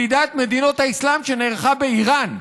ועידת מדינות האסלאם שנערכה באיראן.